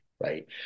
right